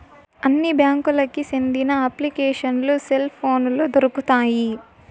అన్ని బ్యాంకులకి సెందిన అప్లికేషన్లు సెల్ పోనులో దొరుకుతాయి